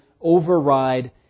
override